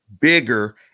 bigger